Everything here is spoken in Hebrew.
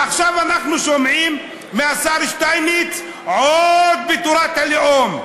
עכשיו אנחנו שומעים מהשר שטייניץ עוד בתורת הלאום,